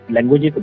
Language